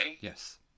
Yes